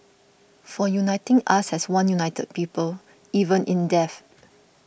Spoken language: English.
for uniting us as one united people even in death